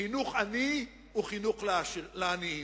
חינוך עני הוא חינוך לעניים.